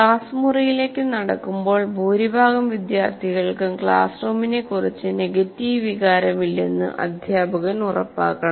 class മുറിയിലേക്ക് നടക്കുമ്പോൾ ഭൂരിഭാഗം വിദ്യാർത്ഥികൾക്കും ക്ലാസ് റൂമിനെക്കുറിച്ച് നെഗറ്റീവ് വികാരമില്ലെന്ന് അധ്യാപകൻ ഉറപ്പാക്കണം